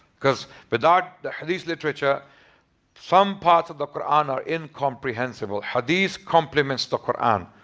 because without the hadith literature some parts of the quran are incomprehensible. hadith complements the quran.